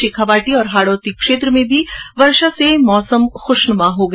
शेखावाटी और हाड़ौती क्षेत्र में भी वर्षा से मौसम खूशनुमा हो गया